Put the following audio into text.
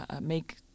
make